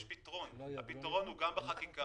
יש פתרון והפתרון הוא גם בחקיקה